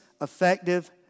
effective